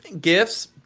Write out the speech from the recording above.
Gifts